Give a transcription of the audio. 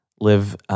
live